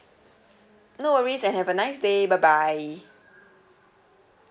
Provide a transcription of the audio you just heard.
no worries and have a nice day bye bye